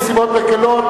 יש לי נסיבות מקלות.